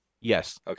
Yes